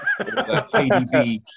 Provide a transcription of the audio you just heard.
KDB